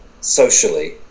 socially